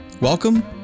Welcome